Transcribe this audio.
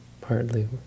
partly